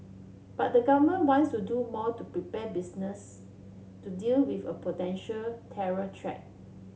but the government wants to do more to prepare business to deal with a potential terror threat